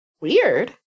Weird